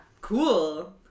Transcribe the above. Cool